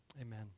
Amen